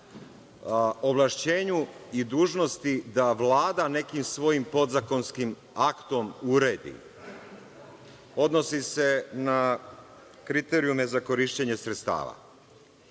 ovlašćenju i dužnosti da Vlada nekim svojim podzakonskim aktom uredi. Odnosi se na kriterijume za korišćenje sredstava.E,